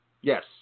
Yes